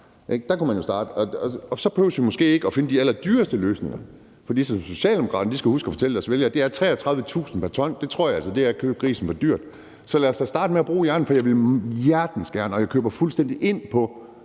Der kunne man jo starte. Så behøver vi jo måske ikke at finde de allerdyreste løsninger. Socialdemokraterne skal huske at fortælle deres vælgere, at det er 33.000 kr. pr. t. Det tror jeg altså er at købe grisen for dyrt. Så lad os da starte med at bruge hjernen, for jeg vil hjertens gerne og jeg køber fuldstændig ind på,